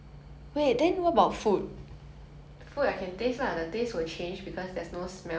apparently our brain right to recognize the taste of food right it combines the taste and the smell